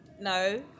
No